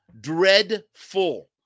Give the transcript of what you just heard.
dreadful